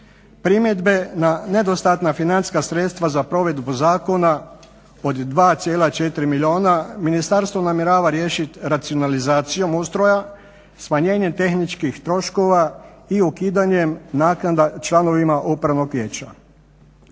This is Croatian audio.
Primjedbe na nedostatna financijska sredstva za provedbu zakona od 2,4 milijuna ministarstvo namjerava riješiti racionalizacijom ustroja, smanjenjem tehničkih troškova i ukidanjem naknada članovima upravnog vijeća.